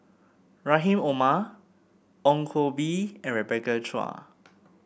Rahim Omar Ong Koh Bee and Rebecca Chua